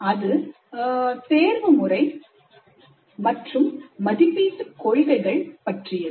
அது தேர்வுமுறை மற்றும் மதிப்பீட்டு கொள்கைகள் பற்றியது